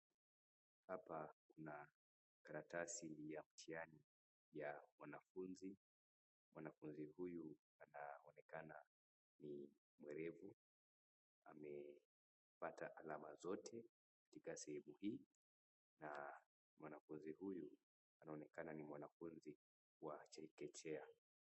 Hapa kuna karatasi ya mtihani ya mwanafunzi. Mwanafunzi huyu anaonekana ni mwerevu amepata alama zote katika sehemu hii na mwanafunzi huyu anaonekana ni mwanafunzi wa chekechea.